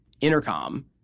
Intercom